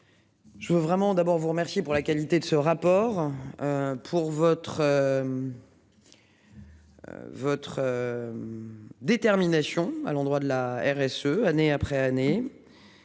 Je veux vraiment d'abord vous remercier pour la qualité de ce rapport. Pour votre. Votre. Détermination à l'endroit de la RSE, année après année.